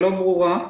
לא ברורה.